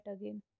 again